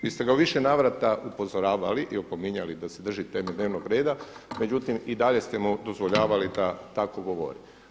Vi ste ga u više navrata upozoravali i opominjali da se drži teme dnevnog reda, međutim i dalje ste mu dozvoljavali da tako govori.